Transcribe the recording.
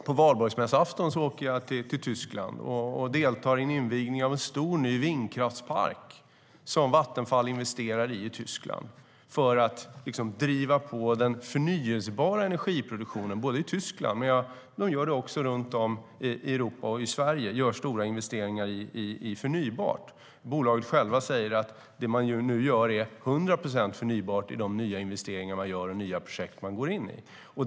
På valborgsmässoafton åker jag till Tyskland och deltar i en invigning av en stor ny vindkraftspark som Vattenfall investerar i för att driva på den förnybara energiproduktionen i Tyskland. Men även i Sverige och runt om i övriga Europa görs stora investeringar i förnybart. Bolaget säger självt att de nya investeringar man gör och nya projekt som man går in i nu är 100 procent förnybara.